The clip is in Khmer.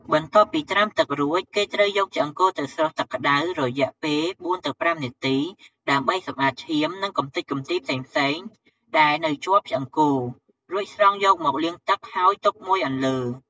បន្ទាប់ពីត្រាំទឹករួច គេត្រូវយកឆ្អឹងគោទៅស្រុះទឹកក្ដៅរយៈពេលបួនទៅប្រាំនាទី ដើម្បីសម្អាតឈាម និងកម្ទេចកម្ទីផ្សេងៗដែលនៅជាប់ឆ្អឹងគោ រួចស្រង់យកមកលាងទឹកហើយទុកមួយអន្លើ។